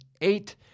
eight